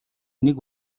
нэг